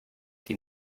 die